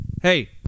Hey